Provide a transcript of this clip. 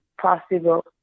possible